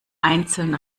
einzeln